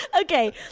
Okay